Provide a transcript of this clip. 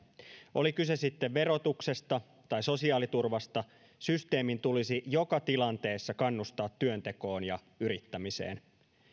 oli kyse sitten verotuksesta tai sosiaaliturvasta systeemin tulisi joka tilanteessa kannustaa työntekoon ja yrittämiseen